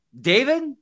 David